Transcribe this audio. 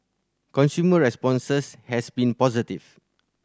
consumer responses has been positive